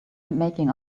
making